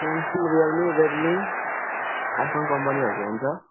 Samsung Realme Redmi iPhone कम्पनीहरूको हुन्छ